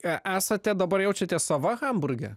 esate dabar jaučiatės sava hamburge